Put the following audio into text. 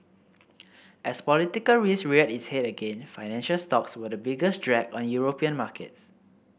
as political risk reared its head again financial stocks were the biggest drag on European markets